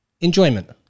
enjoyment